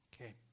Okay